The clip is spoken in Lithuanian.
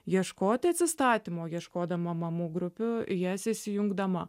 ieškoti atsistatymo ieškodama mamų grupių į jas įsijungdama